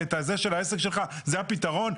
זה הפתרון?